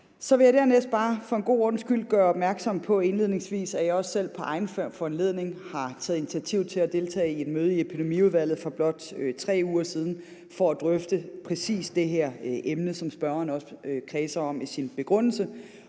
og indledningsvis bare for en god ordens skyld gøre opmærksom på, at jeg også selv på egen foranledning har taget initiativ til at deltage i et møde i Epidemiudvalget for blot 3 uger siden for at drøfte præcis det her emne, som spørgeren også kredser om i sin begrundelse.